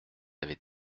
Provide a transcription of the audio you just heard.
avez